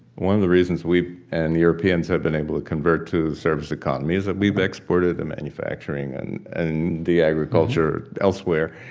one of the reasons we and europeans have been able to convert to service economies, and we've exported the manufacturing and and the agriculture elsewhere.